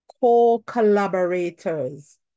co-collaborators